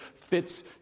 fits